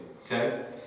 okay